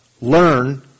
Learn